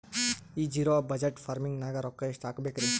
ಈ zero budget farming ನಾಗ್ ರೊಕ್ಕ ಎಷ್ಟು ಹಾಕಬೇಕರಿ?